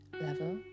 level